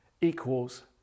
equals